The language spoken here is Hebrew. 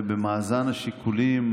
במאזן השיקולים